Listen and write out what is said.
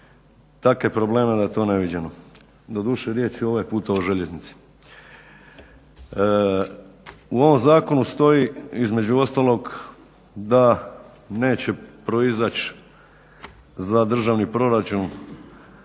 takve probleme da je to neviđeno. Doduše riječ je ovaj puta o željeznici. U ovom zakonu stoji, između ostalog, da neće proizaći za državni proračun